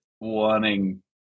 wanting